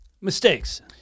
mistakes